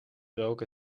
roken